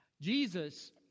Jesus